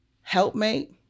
helpmate